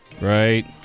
Right